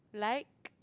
like